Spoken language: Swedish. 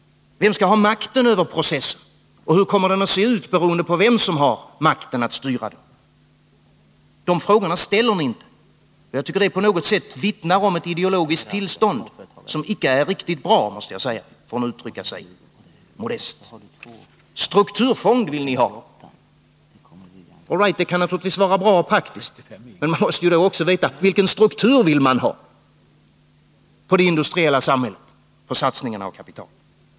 Vem skall ha makten över processen, och hur kommer den att se ut, beroende på vem som har makten att styra den? De frågorna ställer ni inte. Jag tycker att det på något sätt vittnar om ett ideologiskt tillstånd som icke är riktigt bra, för att uttrycka sig modest. Strukturfond vill ni ha. All right, det kan naturligtvis vara bra och praktiskt. Men man måste ju då också veta vilken struktur man vill ha på det industriella samhället för satsningarna av kapital.